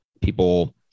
people